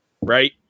right